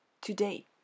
today